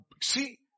See